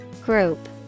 Group